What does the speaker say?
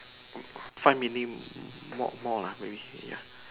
five minute more lah maybe ya